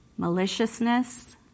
maliciousness